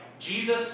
Jesus